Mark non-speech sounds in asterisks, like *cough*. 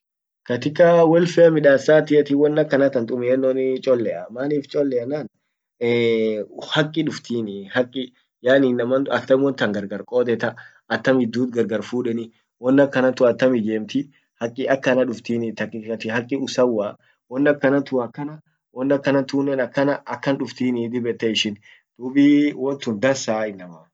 katika *hesitation* welfare midassatiati won akkanatan tumienno chollea, manif chollea ennan *hesitation* hakki duftniee hakki, yaani innaman attam wontan gargar kodetta, attam idut gargarfudeni, won akkanantun attam ijemti haki akkana duftinii tanif atin hakki usawwa won akkanan tun akkana, won akkan tunnen akkana akkan duftinii dib ette ishin dubie *hesitation* wontun dansa innama.